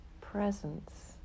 presence